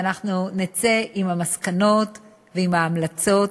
ואנחנו נצא עם המסקנות ועם ההמלצות